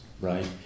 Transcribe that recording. right